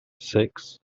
six